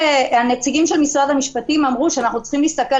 הנציגים של משרד המשפטים אמרו שאנחנו צריכים להסתכל